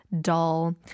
dull